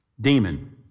demon